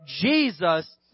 Jesus